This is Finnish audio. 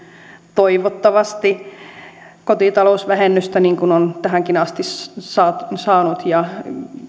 toivottavasti kotitalousvähennystä niin kuin on tähänkin asti saanut ja